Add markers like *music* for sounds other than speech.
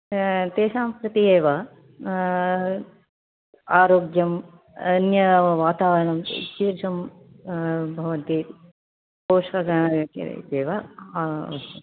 तेषां प्रति एव आरोग्यम् अन्यवातावरणं किदृशं भवति *unintelligible*